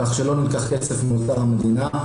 כך שלא נלקח כסף מאוצר המדינה,